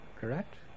Correct